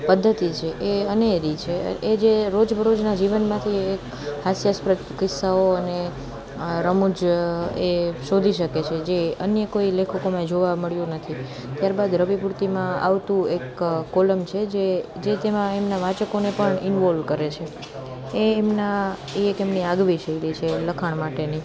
પદ્ધતિ છે એ અનેરી છે એ જે રોજ બરોજના જીવનમાંથી એક હાસ્યસ્પદ કિસ્સાઓ અને રમુજ એ શોધી શકે છે જે અન્ય કોઈ લેખકોમાં જોવા મળ્યું નથી ત્યારબાદ રવિ પૂર્તિમાં આવતું એક કોલમ છે જે જે તેમાં એમના વાંચકોને પણ ઇનવોલ્વ કરે છે એ એમના એ એક એમની આગવી શૈલી છે લખાણ માટેની